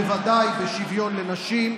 בוודאי בשוויון לנשים,